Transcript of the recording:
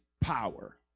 power